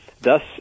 Thus